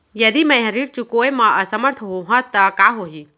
यदि मैं ह ऋण चुकोय म असमर्थ होहा त का होही?